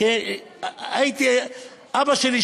לאבא שלי,